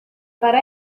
para